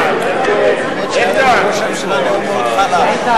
הודעת ראש הממשלה נתקבלה.